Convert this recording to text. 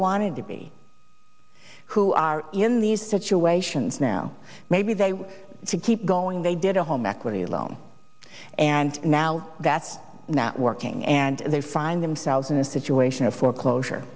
wanted to be who are in these situations now maybe they want to keep going they did a home equity loan and now that's not working and they find themselves in a situation of foreclosure